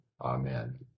Amen